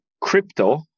crypto